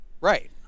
Right